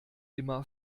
immer